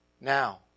Now